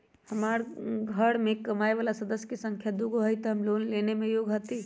हमार घर मैं कमाए वाला सदस्य की संख्या दुगो हाई त हम लोन लेने में योग्य हती?